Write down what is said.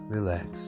Relax